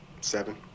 Seven